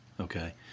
okay